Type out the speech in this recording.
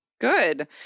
Good